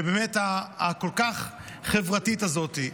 הכל-כך חברתית הזאת.